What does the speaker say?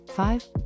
Five